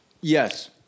Yes